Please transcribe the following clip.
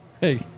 Hey